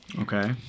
Okay